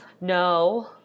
No